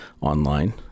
online